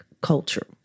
culture